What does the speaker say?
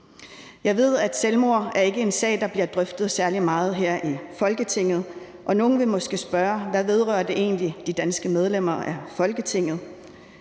Jeg ved, at selvmord ikke er en sag, der bliver drøftet særlig meget her i Folketinget, og nogle vil måske spørge, hvorfor det egentlig vedrører de danske medlemmer af Folketinget.